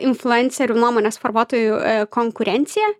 influencerių nuomonės formuotojų konkurencija